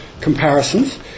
comparisons